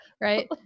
right